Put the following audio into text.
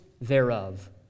thereof